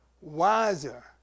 Wiser